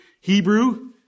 Hebrew